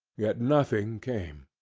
yet nothing came.